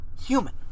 human